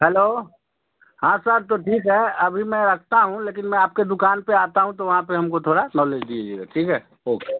hello हाँ sir ठीक है अभी मैं रखता हूँ लेकिन मैं आपके दुकान पर आता हूँ तो वहाँ पर हम को थोड़ा नॉलेज दीजिएगा ठीक है ओके